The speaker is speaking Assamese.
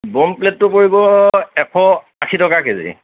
পমফ্লেটটো পৰিব এশ আশী টকা কেজি